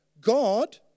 God